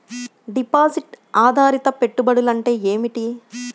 Deposit ఆధారిత పెట్టుబడులు అంటే ఏమిటి?